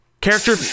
character